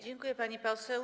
Dziękuję, pani poseł.